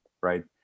right